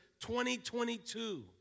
2022